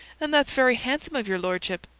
and that's very handsome of your lordship.